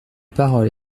parole